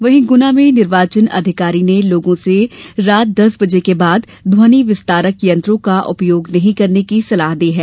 वहीं गुना में जिला निर्वाचन अधिकारी ने लोगों से रात दस बजे के बाद ध्वनि विस्तारक यंत्रों का उपयोग नहीं करने की सलाह दी है